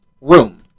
Room